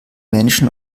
menschen